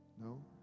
No